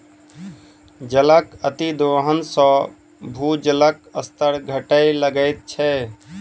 जलक अतिदोहन सॅ भूजलक स्तर घटय लगैत छै